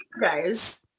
guys